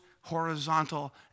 horizontal